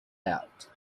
out